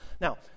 Now